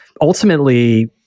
ultimately